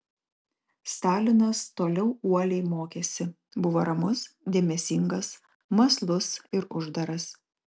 stalinas toliau uoliai mokėsi buvo ramus dėmesingas mąslus ir uždaras